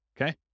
okay